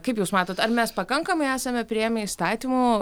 kaip jūs matot ar mes pakankamai esame priėmę įstatymų